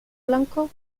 blanco